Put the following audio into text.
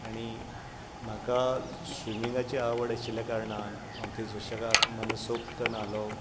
आनी म्हाका स्विमींगाची आवड आशिल्या कारणान हांव थंय सुशेगाद मनसोक्त न्हालो